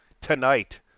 Tonight